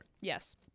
Yes